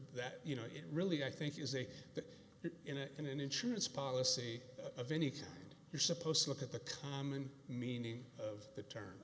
that you know it really i think you say that in a in an insurance policy of any kind you're supposed to look at the common meaning of the term